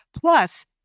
Plus